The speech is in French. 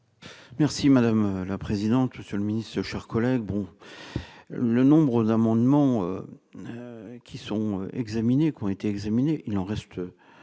Merci madame la présidente, monsieur le ministre, chers collègues, le nombre d'amendements qui sont examinées, qu'ont été examinés, il en reste,